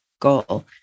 goal